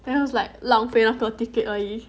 then I was like 浪费那个 ticket 而已